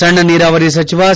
ಸಣ್ಣ ನೀರಾವರಿ ಸಚಿವ ಸಿ